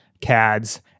CADs